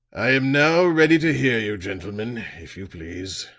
i am now ready to hear you, gentlemen, if you please.